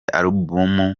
album